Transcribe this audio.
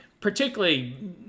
particularly